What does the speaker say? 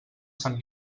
sant